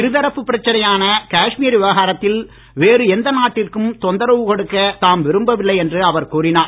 இருதரப்பு பிரச்சனையான காஷ்மீர் விவகாரத்தில் வேறு எந்த நாட்டிற்கும் தொந்தாவு கொடுக்க தாம் விரும்பவில்லை என்று அவர் கூறினார்